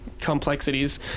complexities